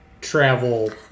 travel